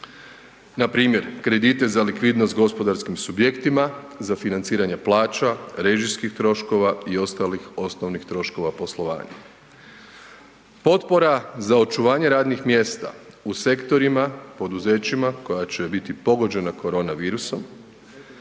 Npr. kredite za likvidnost gospodarskim subjektima, za financiranje plaća, režijskih troškova i ostalih osnovnih troškova poslovanja. Potpora za očuvanje radnih mjesta u sektorima poduzećima koja će biti pogođena korona virusom